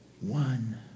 One